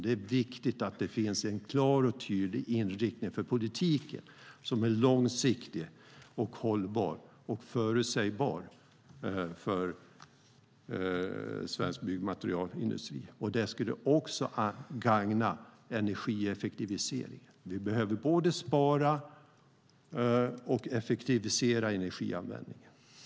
Det är viktigt att det finns en klar och tydlig inriktning för politiken som är långsiktig, hållbar och förutsägbar för svensk byggmaterialindustri. Det skulle också gagna energieffektiviseringen. Vi behöver både spara och effektivisera energianvändningen.